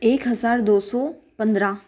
एक हज़ार दो सौ पंद्रह